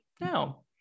now